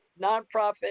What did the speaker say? nonprofit